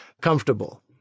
comfortable